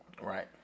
Right